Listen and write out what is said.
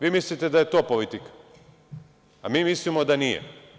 Vi mislite da je to politika, a mi mislimo da nije.